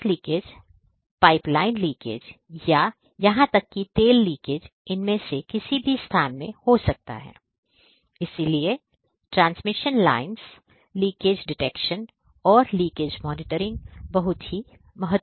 gas leakage pipeline leakage या यहां तक कि तेल लीकेज इनमें से किसी भी स्थान में हो सकता है इसलिए ट्रांसमिशन लाइन्स लीकेज डिटेक्शन और लीकेज मॉनिटरिंग भी बहुत महत्वपूर्ण है